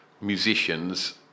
musicians